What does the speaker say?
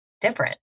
different